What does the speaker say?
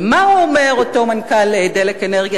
ומה אומר אותו מנכ"ל "דלק אנרגיה",